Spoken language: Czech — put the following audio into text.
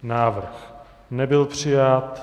Návrh nebyl přijat.